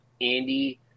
Andy